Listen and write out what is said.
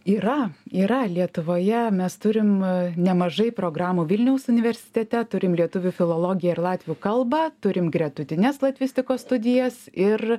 yra yra lietuvoje mes turim nemažai programų vilniaus universitete turim lietuvių filologiją ir latvių kalbą turim gretutines latvistikos studijas ir